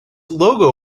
logo